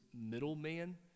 middleman